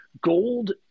gold